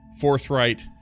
forthright